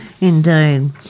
Indeed